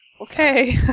Okay